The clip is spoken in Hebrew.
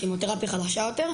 כימותרפיה חלשה יותר.